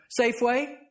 Safeway